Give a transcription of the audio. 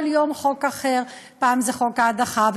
כל יום חוק אחר: פעם זה חוק ההדחה,